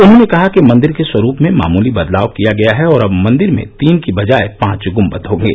उन्होंने कहा कि मंदिर के स्वरूप में मामूली बदलाव किया गया है और अब मंदिर में तीन की बजाय पांच ग्वद होंगे